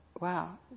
Wow